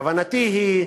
כוונתי היא